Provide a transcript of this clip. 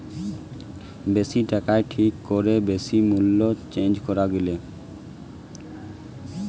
বেশি টাকায় ঠিক করে বেশি মূল্যে চেঞ্জ করা গিলে